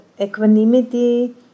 equanimity